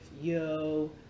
Yo